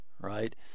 right